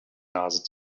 nase